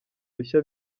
bishya